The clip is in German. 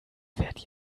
wärt